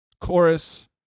chorus